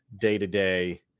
day-to-day